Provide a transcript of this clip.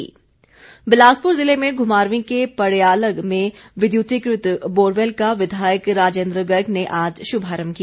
राजेन्द्र गर्ग बिलासपुर जिले में घुमारवीं के पड़यालग में विद्युतीकृत बोरवैल का विधायक राजेन्द्र गर्ग ने आज शुभारम्भ किया